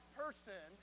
person